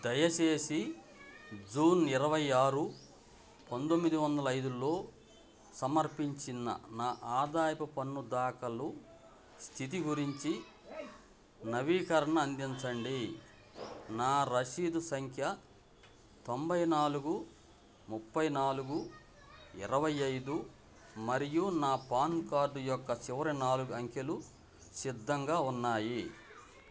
దయచేసి జూన్ ఇరవై ఆరు పంతొమ్మిది వందల ఐదులో సమర్పించిన నా ఆదాయపు పన్ను దాఖలు స్థితి గురించి నవీకరణ అందించండి నా రసీదు సంఖ్య తొంభై నాలుగు ముప్పై నాలుగు ఇరవై ఐదు మరియు నా పాన్ కార్డు యొక్క చివరి నాలుగు అంకెలు సిద్ధంగా ఉన్నాయి